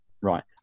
right